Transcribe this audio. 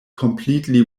completely